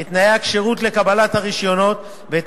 את תנאי הכשירות לקבלת הרשיונות ואת